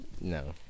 No